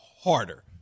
harder